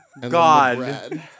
God